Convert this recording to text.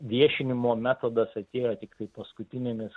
viešinimo metodas atėjo tiktai paskutinėmis